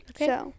Okay